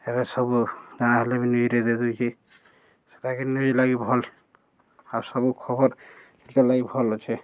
ଏବେ ସବୁ ଗାଁ ହେଲେ ବି ନ୍ୟୁଜ୍ରେ ଦେଇ ଦେଉଛି ସେଟାକେ ନ୍ୟୁଜ୍ ଲାଗି ଭଲ୍ ଆଉ ସବୁ ଖବର ଯେ ଲାଗି ଭଲ୍ ଅଛେ